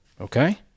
Okay